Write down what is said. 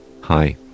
Hi